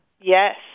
Yes